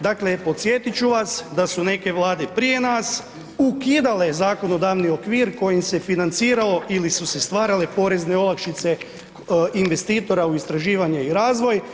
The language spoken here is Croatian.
Dakle, podsjetiti ću vas da su neke Vlade prije nas ukidale zakonodavni okvir kojim se financirao ili su se stvarale porezne olakšice investitora u istraživanje i razvoj.